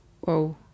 Whoa